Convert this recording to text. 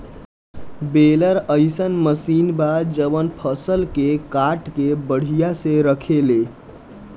baler अइसन machine बा जवन फसल के काट के बढ़िया से रखेले